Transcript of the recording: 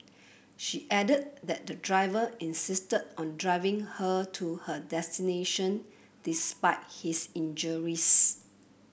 she added that the driver insisted on driving her to her destination despite his injuries